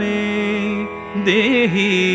Dehi